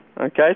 okay